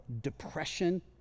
depression